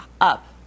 Up